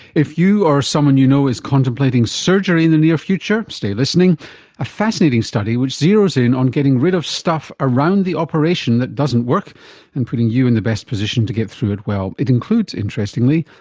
if you or someone you know is contemplating surgery in the near future, stay listening a fascinating study which zeroes in on getting rid of stuff around the operation that doesn't work and putting you in the best position to get through it well. it includes, interestingly,